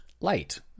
light